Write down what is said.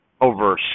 Over